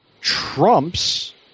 Trump's